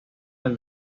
del